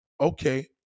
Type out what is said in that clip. Okay